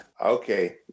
okay